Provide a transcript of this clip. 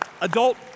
Adult